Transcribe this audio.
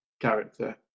character